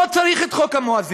לא צריך את חוק המואזין.